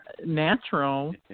natural